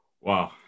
Wow